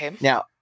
Now